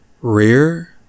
rear